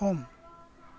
सम